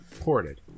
ported